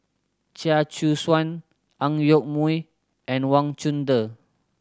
Chia Choo Suan Ang Yoke Mooi and Wang Chunde